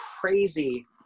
crazy